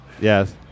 yes